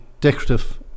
decorative